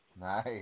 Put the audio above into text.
Nice